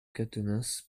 quatennens